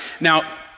Now